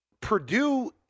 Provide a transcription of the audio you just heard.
Purdue